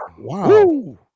wow